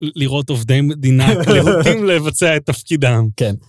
לראות עובדי מדינה להוטים לבצע את תפקידם. כן.